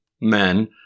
men